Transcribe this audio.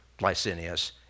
Licinius